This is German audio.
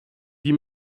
die